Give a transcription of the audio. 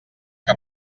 que